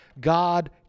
God